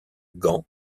gand